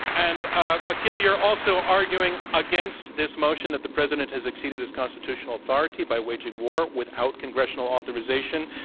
and akhil, you're also arguing against this motion, that the president has exceeded his constitutional authority by waging war without congressional authorization.